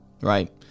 right